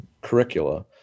curricula